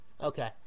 Okay